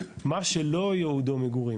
מה שלא יועדו מגורים,